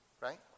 Right